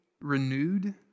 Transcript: renewed